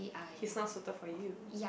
he's not suited for you